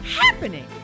happening